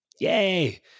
Yay